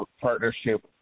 partnership